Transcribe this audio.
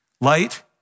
light